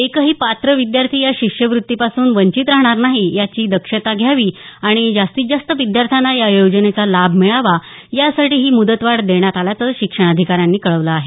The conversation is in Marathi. एकही पात्र विद्यार्थी या शिष्यवृत्ती पासून वंचित राहणार नाही याची दक्षता घ्यावी आणि जास्तीतजास्त विद्यार्थ्यांना या योजनेचा लाभ मिळावा यासाठी ही मुदतवाढ देण्यात आल्याचं शिक्षणाधिकाऱ्यांनी कळवलं आहे